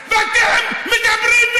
אתם לא יודעים מה קורה,